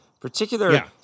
Particular